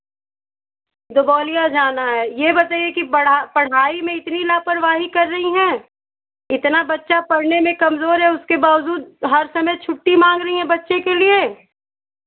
दुबौलिया जाना है यह बताईए कि बड़ा पढ़ाई में इतनी लापरवाही कर रही हैं इतना बच्चा पढ़ने में कमज़ोर है उसके बावजूद हर समय छुट्टी माँग रही है बच्चे के लिए